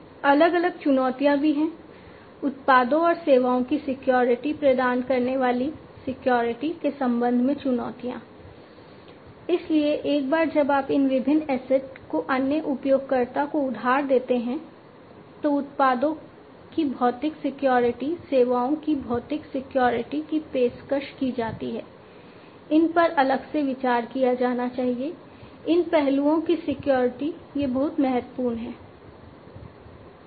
अलग अलग चुनौतियाँ भी हैं उत्पादों और सेवाओं की सिक्योरिटी ये बहुत महत्वपूर्ण हैं